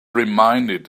reminded